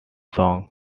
songs